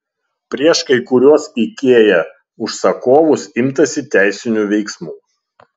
prieš kai kuriuos ikea užsakovus imtasi teisinių veiksmų